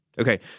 Okay